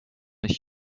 ich